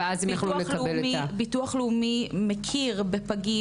ואז הן יכלו לקבל את ה- -- ביטוח לאומי מכיר בפגים